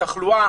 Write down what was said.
תחלואה,